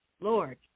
Lord